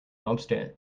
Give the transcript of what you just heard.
obstinate